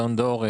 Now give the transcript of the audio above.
אלון דור,